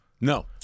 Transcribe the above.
No